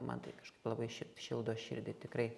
man tai kažkaip labai ši šildo širdį tikrai